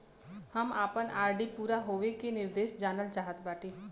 हम अपने आर.डी पूरा होवे के निर्देश जानल चाहत बाटी